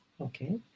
Okay